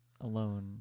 alone